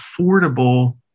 affordable